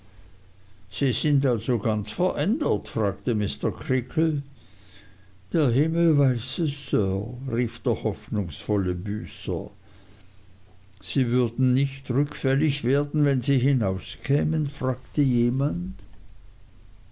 sie sind also ganz verändert fragte mr creakle der himmel weiß es sir rief der hoffnungsvolle büßer sie würden nicht rückfällig werden wenn sie hinauskämen fragte jemand